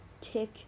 Tick